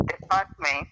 department